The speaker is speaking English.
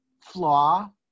flaw